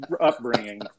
upbringing